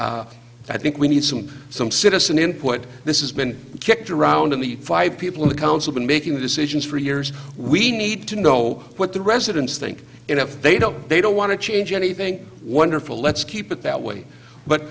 roads i think we need some some citizen input this is been kicked around in the five people in the council been making the decisions for years we need to know what the residents think and if they don't they don't want to change anything wonderful let's keep it that way but